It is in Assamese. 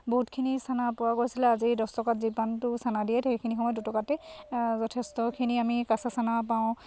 বহুতখিনি চানা পোৱা গৈছিলে আজিৰ দহ টকাত যিমানটো চানা দিয়ে সেইখিনি সময়ত দুটকাতে যথেষ্টখিনি আমি কেঁচা চানা পাওঁ